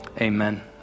Amen